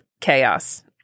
chaos